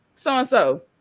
so-and-so